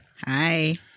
Hi